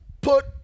put